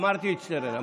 אמרתי את שטרן.